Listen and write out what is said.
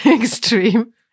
extreme